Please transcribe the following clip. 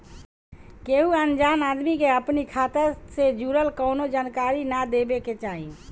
केहू अनजान आदमी के अपनी खाता से जुड़ल कवनो जानकारी ना देवे के चाही